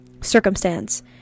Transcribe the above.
circumstance